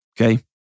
okay